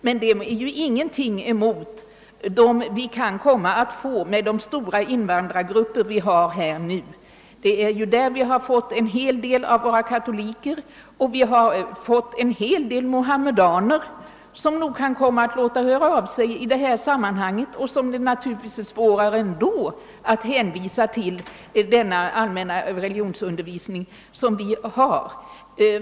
Men det är ju ingenting, jämfört med de svårigheter vi kan komma att få med de stora invandrargrupper vi nu har. Det är där vi fått en hel del av våra katoliker, och vi har även fått en hel del muhammedaner, som nog kan komma att låta höra av sig i detta sammanhang och som det naturligtvis är ännu svårare att hänvisa till denna allmänna religionsundervisning.